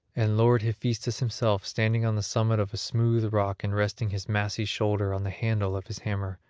and lord hephaestus himself standing on the summit of a smooth rock and resting his massy shoulder on the handle of his hammer,